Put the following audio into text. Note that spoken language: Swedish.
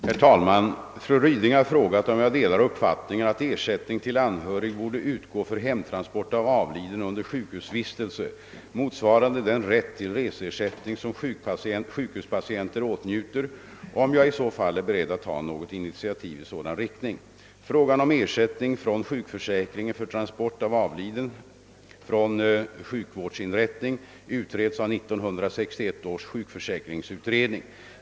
Herr talman! Fru Ryding har frågat om jag delar uppfattningen att ersättning till anhörig borde utgå för hemtransport av avliden under sjukhusvistelse, motsvarande den rätt till reseersättning som sjukhuspatienter åtnjuter, och om jag i så fall är beredd att ta något initiativ i sådan riktning. Frågan om ersättning från sjukförsäkringen för transport av avliden från sjukvårdsinrättning utreds av 1961 års sjukförsäkringsutredning.